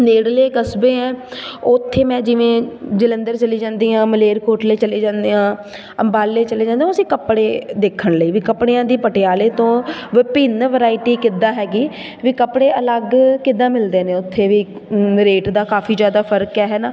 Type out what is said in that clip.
ਨੇੜਲੇ ਕਸਬੇ ਹੈ ਉੱਥੇ ਮੈਂ ਜਿਵੇਂ ਜਲੰਧਰ ਚਲੀ ਜਾਂਦੀ ਹਾਂ ਮਲੇਰਕੋਟਲੇ ਚਲੇ ਜਾਂਦੇ ਹਾਂ ਅੰਬਾਲੇ ਚਲੇ ਜਾਂਦੇ ਹਾਂ ਉਹ ਅਸੀਂ ਕੱਪੜੇ ਦੇਖਣ ਲਈ ਵੀ ਕੱਪੜਿਆਂ ਦੀ ਪਟਿਆਲੇ ਤੋਂ ਵਿਭਿੰਨ ਵਰਾਇਟੀ ਕਿੱਦਾਂ ਹੈਗੀ ਵੀ ਕੱਪੜੇ ਅਲੱਗ ਕਿੱਦਾਂ ਮਿਲਦੇ ਨੇ ਉੱਥੇ ਵੀ ਰੇਟ ਦਾ ਕਾਫੀ ਜ਼ਿਆਦਾ ਫ਼ਰਕ ਹੈ ਹੈ ਨਾ